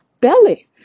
belly